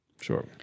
Sure